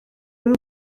ddim